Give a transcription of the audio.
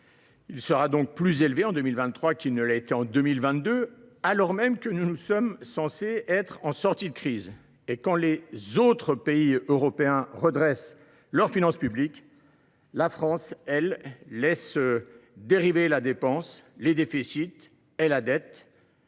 Il serait donc plus élevé en 2023 qu’en 2022, alors même que nous sommes censés être en sortie de crise ! Quand les autres pays européens redressent leurs finances publiques, la France laisse dériver ses dépenses, ses déficits et sa dette.